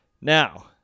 Now